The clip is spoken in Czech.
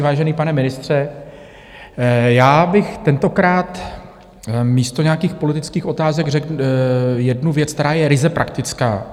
Vážený pane ministře, já bych tentokrát místo nějakých politických otázek řekl jednu věc, která je ryze praktická.